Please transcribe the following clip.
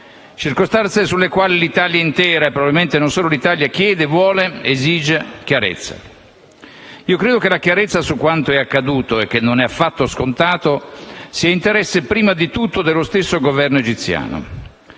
circostanze oscure, sulle quali l'Italia intera e probabilmente non solo l'Italia chiedono ed esigono chiarezza. Credo che la chiarezza su quanto accaduto - che non è affatto scontato - sia interesse prima di tutto dello stesso Governo egiziano,